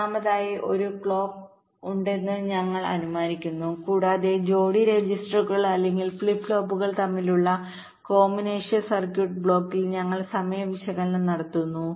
ഒന്നാമതായി ഒരു ക്ലോക്ക് ഉണ്ടെന്ന് ഞങ്ങൾ അനുമാനിക്കുന്നു കൂടാതെ ജോഡി രജിസ്റ്ററുകൾ അല്ലെങ്കിൽ ഫ്ലിപ്പ് ഫ്ലോപ്പുകൾ തമ്മിലുള്ള കോമ്പിനേഷണൽ സർക്യൂട്ട് ബ്ലോക്കിൽ ഞങ്ങൾ സമയ വിശകലനം നടത്തുന്നു